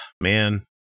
Man